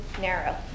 narrow